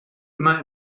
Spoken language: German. immer